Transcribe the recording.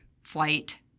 flight